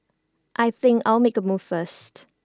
I think I'll make A move first